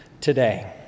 today